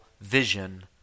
vision